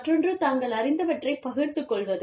மற்றொன்று தாங்கள் அறிந்தவற்றை பகிர்ந்துக் கொள்வது